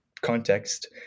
context